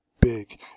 big